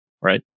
right